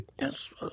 Yes